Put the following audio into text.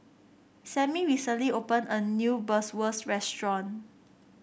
Sammie recently opened a new Bratwurst Restaurant